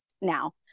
now